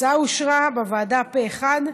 ההצעה אושרה בוועדה פה אחד,